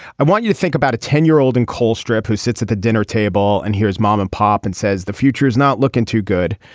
i want you to think about a ten year old in colstrip who sits at the dinner table and hears mom and pop and says the future is not looking too good.